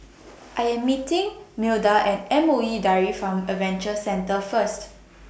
I Am meeting Milda At M O E Dairy Farm Adventure Centre First